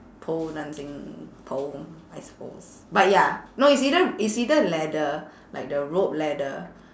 pole dancing pole I suppose but ya no it's either it's either ladder like the rope ladder